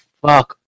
fuck